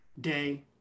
day